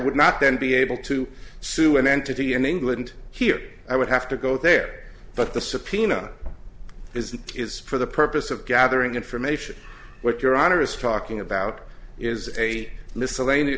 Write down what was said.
would not then be able to sue an entity in england here i would have to go there but the subpoena is that is for the purpose of gathering information what your honor is talking about is a miscellan